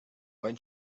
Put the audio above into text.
when